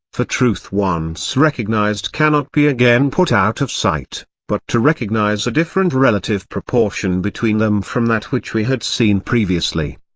for truth once recognised cannot be again put out of sight, but to recognise a different relative proportion between them from that which we had seen previously.